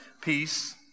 peace